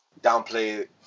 downplay